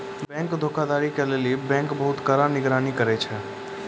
bank धोखाधड़ी के लेली बैंक बहुते कड़ा निगरानी करै छै